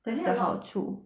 actually a lot